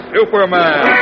Superman